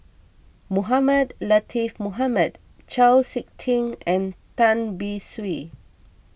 Mohamed Latiff Mohamed Chau Sik Ting and Tan Beng Swee